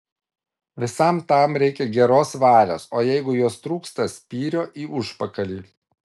visam tam reikia geros valios o jeigu jos trūksta spyrio į užpakalį